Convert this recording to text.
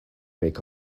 make